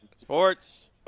Sports